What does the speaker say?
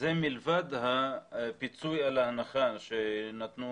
זה מלבד הפיצוי על ההנחה שנתן